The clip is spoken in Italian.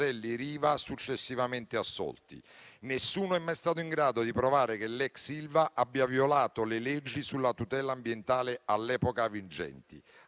Riva, successivamente assolti. Nessuno è mai stato in grado di provare che l'ex Ilva abbia violato le leggi sulla tutela ambientale all'epoca vigenti.